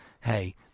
hey